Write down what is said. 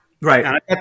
Right